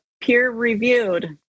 peer-reviewed